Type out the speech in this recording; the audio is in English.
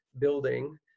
building